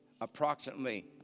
approximately